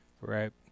right